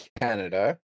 Canada